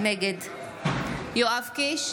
נגד יואב קיש,